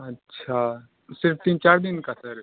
अच्छा सिर्फ़ तीन चार दिन का सर